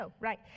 right